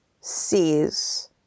sees